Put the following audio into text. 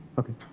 ok,